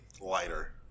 Lighter